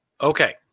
Okay